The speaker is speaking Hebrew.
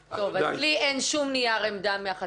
לי אין שום נייר עמדה מהחטיבה להתיישבות.